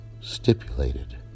stipulated